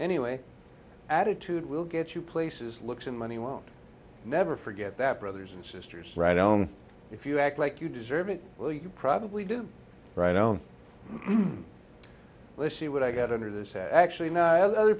anyway attitude will get you places looks and money won't never forget that brothers and sisters if you act like you deserve it well you probably do right let's see what i got under this actually other